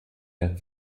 der